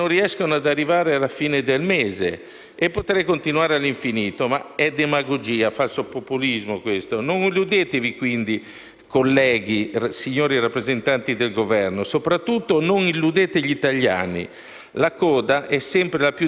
colleghi, signori rappresentanti del Governo, e soprattutto non illudete gli italiani. La coda è sempre la parte più difficile da scorticare e certe manifestazioni rassicuranti non sono altro che uno schiaffo alla miseria.